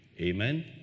Amen